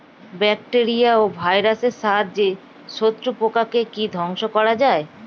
Bacteria ও ভাইরাসের সাহায্যে শত্রু পোকাকে কি ধ্বংস করা যায়?